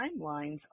timelines